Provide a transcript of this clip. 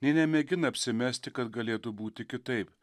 nė nemėgina apsimesti kad galėtų būti kitaip